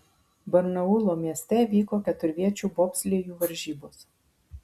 barnaulo mieste vyko keturviečių bobslėjų varžybos